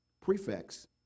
prefects